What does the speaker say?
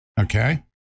Okay